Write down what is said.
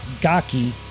Gaki